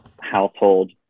household